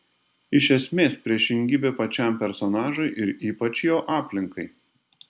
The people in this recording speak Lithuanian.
iš esmės priešingybė pačiam personažui ir ypač jo aplinkai